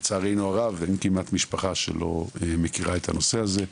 כי לצערנו הרב אין כמעט משפחה שלא מכירה את הנושא הזה,